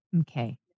Okay